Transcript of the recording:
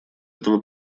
этого